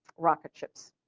rocket ships.